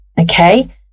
Okay